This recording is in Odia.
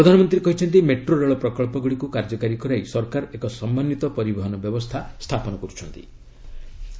ପ୍ରଧାନମନ୍ତ୍ରୀ କହିଛନ୍ତି ମେଟ୍ରୋ ରେଳ ପ୍ରକଳ୍ପଗୁଡ଼ିକୁ କାର୍ଯ୍ୟକାରୀ କରାଇ ସରକାର ଏକ ସମନ୍ୱିତ ପରିବହନ ବ୍ୟବସ୍ଥା ସ୍ଥାପନ କର୍ ଚର୍ଚ୍ଚନ୍ତି